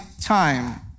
time